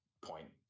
point